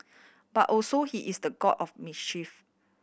but also he is the god of mischief